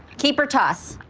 keep or toss.